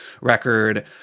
record